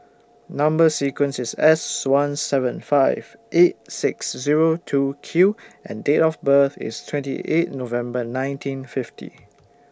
Number sequence IS S one seven five eight six Zero two Q and Date of birth IS twenty eight November nineteen fifty